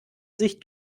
sich